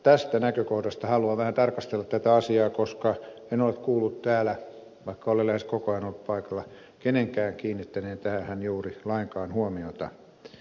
tästä näkökohdasta haluan vähän tarkastella tätä asiaa koska en ole kuullut täällä vaikka olen lähes koko ajan ollut paikalla kenenkään kiinnittäneen tähän juuri lainkaan huomiota